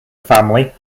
family